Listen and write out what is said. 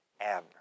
Abner